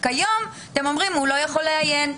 כיום אתם אומרים: הוא לא יכול לעיין.